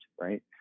right